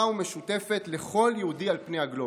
ומשותפת לכל יהודי על פני הגלובוס.